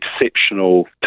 exceptional